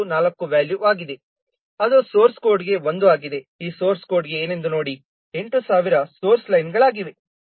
94 ವ್ಯಾಲ್ಯೂವಾಗಿದೆ ಅದು ಸೋರ್ಸ್ ಕೋಡ್ಗೆ 1 ಆಗಿದೆ ಈ ಸೋರ್ಸ್ ಕೋಡ್ಗೆ ಏನೆಂದು ನೋಡಿ 8000 ಲೈನ್ಗಳಾಗಿವೆ